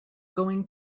going